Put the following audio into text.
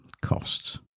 costs